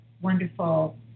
wonderful